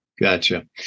Gotcha